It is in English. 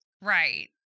Right